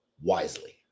wisely